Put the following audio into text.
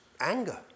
anger